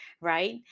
right